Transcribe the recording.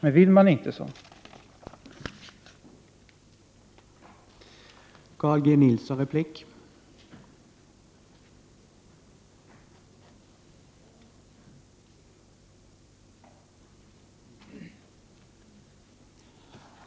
Men vill man inte, blir det naturligtvis ingenting.